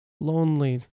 lonely